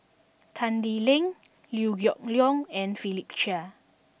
Tan Lee Leng Liew Geok Leong and Philip Chia